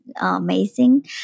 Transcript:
amazing